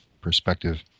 perspective